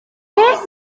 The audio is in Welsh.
beth